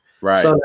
Right